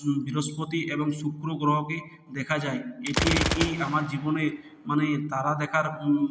বৃহস্পতি এবং শুক্র গ্রহকে দেখা যায় এটি এই আমার জীবনে মানে তারা দেখার